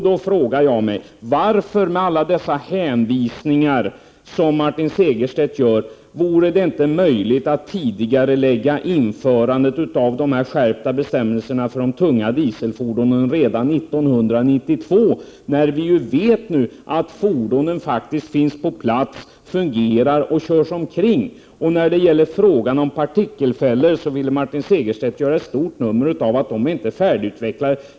Då frågar jag mig: Varför vore det inte möjligt att tidigarelägga införandet av de skärpta bestämmelserna för de tunga dieselfordonen till 1992, när vi nu vet att fordonen faktiskt finns på plats, fungerar och körs omkring. När det gäller frågan om partikelfällor ville Martin Segerstedt göra ett stort nummer av att de inte är färdigutvecklade.